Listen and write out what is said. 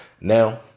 Now